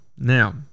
Now